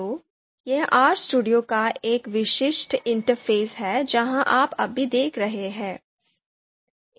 तो यह RStudio का एक विशिष्ट इंटरफ़ेस है जिसे आप अभी देख रहे हैं